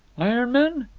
iron men?